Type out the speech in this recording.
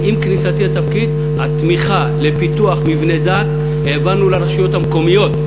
עם כניסתי לתפקיד את התמיכה לפיתוח מבני דת העברנו לרשויות המקומיות.